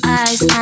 eyes